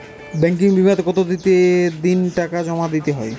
Banking বিমাতে কত দিন টাকা জমা দিতে হয়?